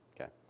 Okay